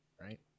right